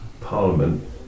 Parliament